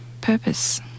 purpose